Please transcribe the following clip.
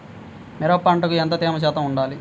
మిరప పంటకు ఎంత తేమ శాతం వుండాలి?